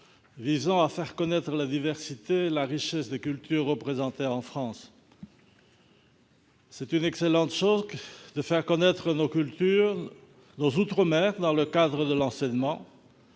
visant à faire connaître la diversité et la richesse des cultures représentées en France. C'est une excellente chose de faire connaître nos outre-mer dans le cadre de l'enseignement.